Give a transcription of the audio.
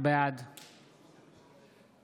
בעד